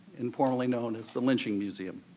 informally known as the lynching museum.